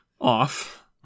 off